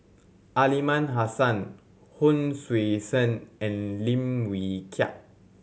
Aliman Hassan Hon Sui Sen and Lim Wee Kiak